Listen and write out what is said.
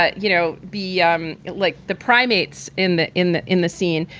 but you know, be um like the primates in the in the in the scene,